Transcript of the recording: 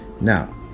now